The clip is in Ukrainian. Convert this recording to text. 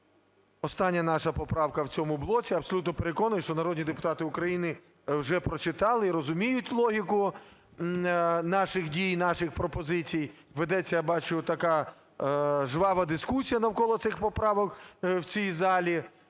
Остання наша поправка в цьому блоці. Абсолютно переконаний, що народні депутати України вже прочитали і розуміють логіку наших дій і наших пропозицій. Ведеться, я бачу, така жвава дискусія навколо цих поправок в цій залі.